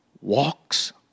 walks